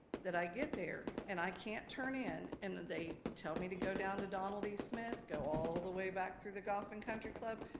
that i get there and i can't turn in and they tell me to go down to donald e. smith go all the way back through the golf and country club,